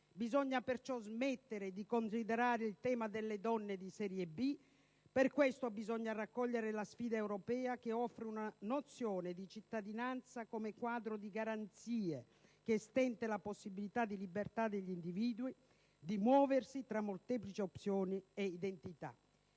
Bisogna perciò smettere di considerare il tema delle donne di serie B e raccogliere piuttosto la sfida europea che offre una nozione di cittadinanza come quadro di garanzie, che estende la possibilità di libertà degli individui di muoversi tra molteplici opzioni e identità.